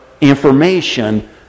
information